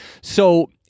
So-